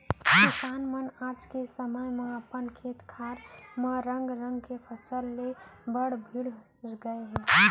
किसान मन आज के समे म अपन खेत खार म रंग रंग के फसल ले बर भीड़ गए हें